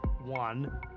one